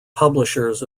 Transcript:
publishers